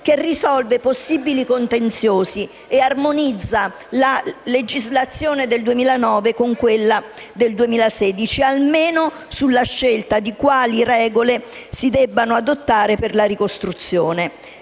che risolve possibili contenziosi e armonizza la legislazione del 2009 con quella del 2016, almeno sulla scelta di quali regole si debbano adottare per la ricostruzione.